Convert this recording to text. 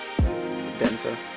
Denver